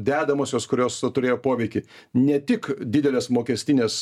dedamosios kurios turėjo poveikį ne tik didelės mokestinės